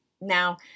Now